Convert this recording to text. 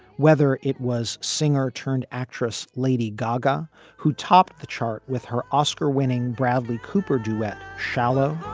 whether it was singer turned actress lady gaga who topped the chart with her oscar winning bradley cooper duet shallow.